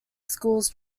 schools